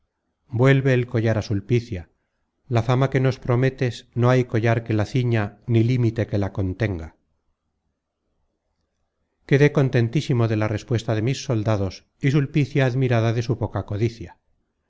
vuelve el collar á sulpicia la fama que nos prometes no hay collar que la ciña ni límite que la contenga content from google book search content from google book search generated at quedé contentísimo de la respuesta de mis soldados y sulpicia admirada de su poca codicia